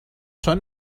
چون